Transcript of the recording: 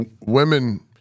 women